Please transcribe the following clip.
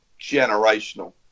generational